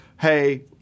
Hey